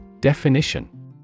Definition